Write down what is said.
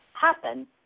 happen